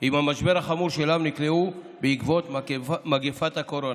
עם המשבר החמור שאליו נקלעו בעקבות מגפת הקורונה.